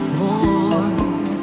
more